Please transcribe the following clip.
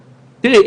תראי,